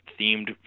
themed